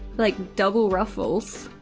like double ruffles.